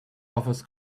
offers